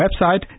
website